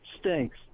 stinks